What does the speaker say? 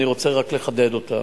אני רוצה רק לחדד אותם.